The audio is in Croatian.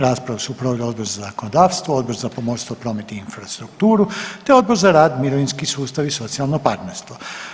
Raspravu su proveli Odbor za zakonodavstvo, Odbor za pomorstvo, promet i infrastrukturu te Odbor za rad, mirovinski sustav i socijalno partnerstvo.